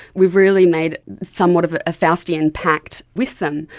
we've really made somewhat of a faustian pact with them.